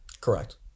Correct